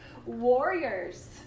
warriors